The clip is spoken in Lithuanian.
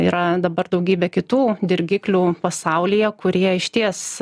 yra dabar daugybė kitų dirgiklių pasaulyje kurie išties